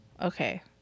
okay